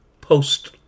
post